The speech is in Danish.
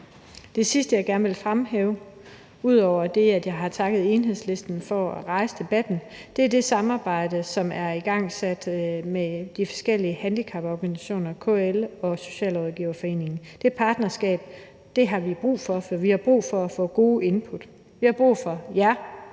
Det sidste, jeg gerne vil fremhæve, ud over det, at jeg har takket Enhedslisten for at rejse debatten, er det samarbejde, som er igangsat med de forskellige handicaporganisationer, KL og Socialrådgiverforeningen. Det partnerskab har vi brug for, for vi har brug for at få gode input. Vi har brug for jer,